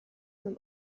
from